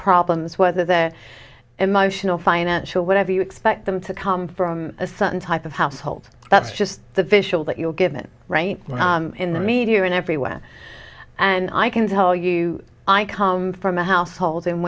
problems whether they're emotional financial whatever you expect them to come from a certain type of household that's just the visual that you're given right now in the media and everywhere and i can tell you i come from a household